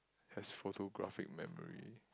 has photographic memory